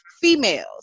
females